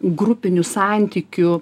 grupinių santykių